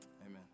Amen